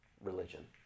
religion